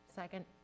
Second